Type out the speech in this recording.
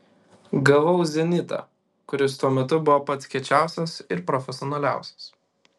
gavau zenitą kuris tuo metu buvo pats kiečiausias ir profesionaliausias